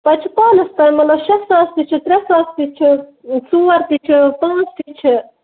پَتہٕ چھُ پانَس تام مطلب شےٚ ساس تہِ چھِ ترٛےٚ ساس تہِ چھُ ژور تہِ چھُ پانٛژھ تہِ چھِ